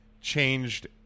changed